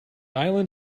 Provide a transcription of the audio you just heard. island